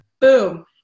Boom